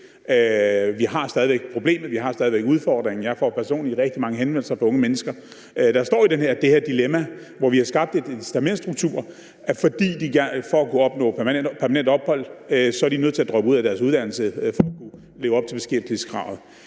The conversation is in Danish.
Vi har stadig væk problemet, vi har stadig væk udfordringen. Jeg får personligt rigtig mange henvendelser fra mennesker, der står i det her dilemma, hvor vi har skabt en incitamentsstruktur, der betyder, at for at kunne opnå permanent ophold er de nødt til at droppe ud af deres uddannelse for at kunne leve op til beskæftigelseskravet.